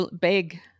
Big